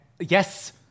Yes